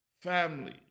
Family